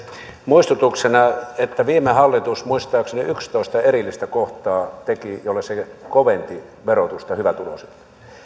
muistutuksena että viime hallitus teki muistaakseni yksitoista erillistä kohtaa joilla se kovensi verotusta hyvätuloisilta